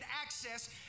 access